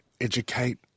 educate